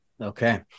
Okay